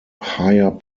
higher